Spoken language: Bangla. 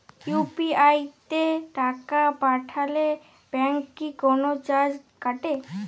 ইউ.পি.আই তে টাকা পাঠালে ব্যাংক কি কোনো চার্জ কাটে?